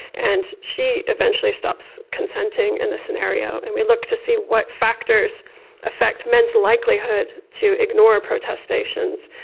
and she eventually stops consenting in the scenario, and we look to see what factors affect men's likelihood to ignore protestations.